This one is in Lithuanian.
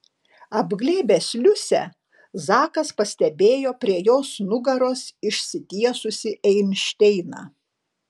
apglėbęs liusę zakas pastebėjo prie jos nugaros išsitiesusį einšteiną